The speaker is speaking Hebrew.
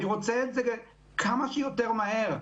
אני רוצה את זה כמה שיותר מהר.